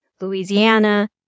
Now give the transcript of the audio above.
Louisiana